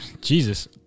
Jesus